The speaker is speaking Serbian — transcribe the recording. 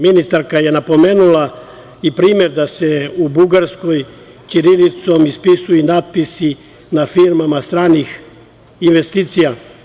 Ministarka je napomenula i primer da se u Bugarskoj ćirilicom ispisuju i natpisi na firmama stranih investicija.